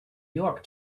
york